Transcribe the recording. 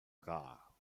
rar